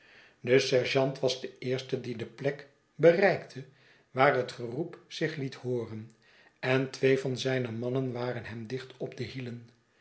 de sergeant was de eerste die de plek bereikte waar het geroep zich liet hooren en twee van zijne mannen waren hem dicht op de hielen